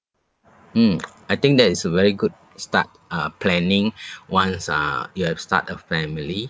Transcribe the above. mm I think that is a very good start uh planning once uh you have start a family